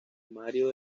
mario